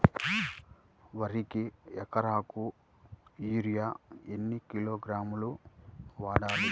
వరికి ఎకరాకు యూరియా ఎన్ని కిలోగ్రాములు వాడాలి?